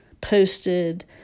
posted